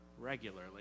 regularly